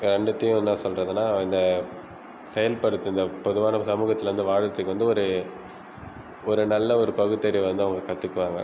ரெண்டுத்தையும் என்ன சொல்கிறதுனா இந்த செயல் படுத்தின பொதுவான சமூகத்தில் வந்து வாழ்கிறதுக்கு வந்து ஒரு ஒரு நல்ல ஒரு பகுத்தறிவை வந்து அவங்க கற்றுக்குவாங்க